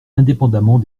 indépendamment